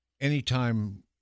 anytime